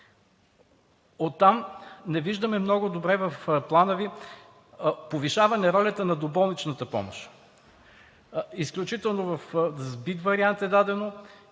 Оттам не виждаме много добре в Плана Ви повишаване ролята на доболничната помощ. Изключително в сбит вариант е дадено.